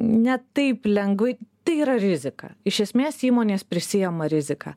ne taip lengvai tai yra rizika iš esmės įmonės prisiima riziką